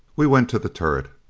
we went to the turret.